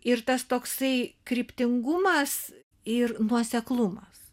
ir tas toksai kryptingumas ir nuoseklumas